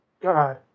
God